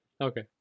Okay